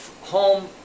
home